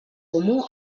comú